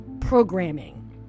programming